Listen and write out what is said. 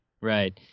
Right